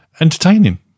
entertaining